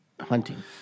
hunting